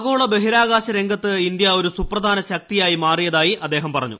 ആഗോള ബഹിരാകാശരംഗത്ത് ഇന്ത്യ ഒരു സുപ്രധാന ശക്തിയായി മാറിയതായി അദ്ദേഹം പറഞ്ഞു